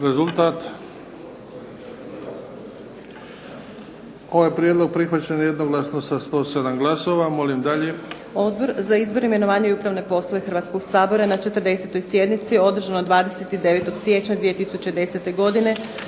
Rezultat? Ovaj prijedlog prihvaćen je jednoglasno sa 107 glasova. Molim dalje. **Majdenić, Nevenka (HDZ)** Odbor za izbor, imenovanja i upravne poslove Hrvatskoga sabora na 40. sjednici održanoj 29. siječnja 2010. godine